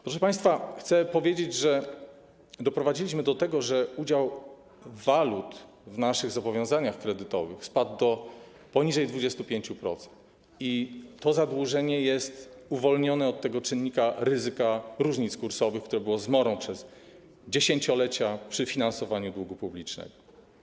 Proszę państwa, chcę powiedzieć, że doprowadziliśmy do tego, że udział walut w naszych zobowiązaniach kredytowych spadł poniżej 25% i to zadłużenie jest uwolnione od tego czynnika ryzyka różnic kursowych, które było zmorą przez dziesięciolecia przy finansowaniu długu publicznego.